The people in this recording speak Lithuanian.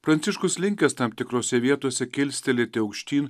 pranciškus linkęs tam tikrose vietose kilstelėti aukštyn